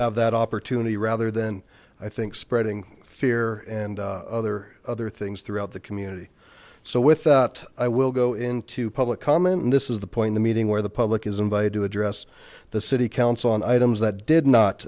have that opportunity rather than i think spreading fear and other other things throughout the community so with that i will go into public comment and this is the point in the meeting where the public is invited to address the city council on items that did not